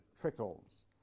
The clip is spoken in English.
trickles